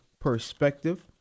Perspective